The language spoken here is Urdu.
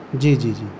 جی جی جی